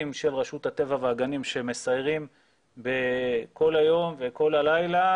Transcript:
של רשות הטבע והגנים שמסיירים כל היום וכל הלילה,